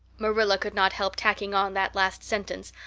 marilla could not help tacking on that last sentence,